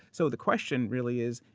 so, the question really is,